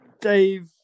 Dave